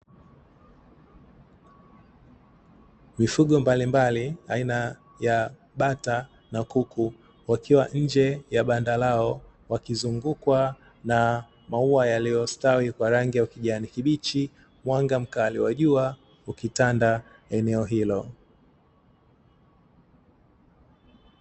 Mifugo mbalimbali aina ya bata na kuku wakiwa nje ya banda lao wakizungukwa na maua yaliyostawi kwa rangi ya ukijani kibichi, mwanga mkali wa jua ukitanda eneo hilo.